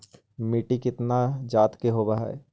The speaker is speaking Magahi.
मिट्टी कितना जात के होब हय?